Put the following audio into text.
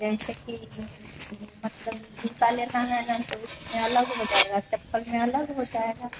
जैसे कि मतलब जूता लेना है ना तो उसमें अलग हो जाएगा चप्पल में अलग हो जाएगा